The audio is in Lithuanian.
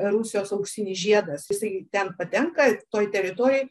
rusijos auksinis žiedas jisai ten patenka ir toj teritorijoj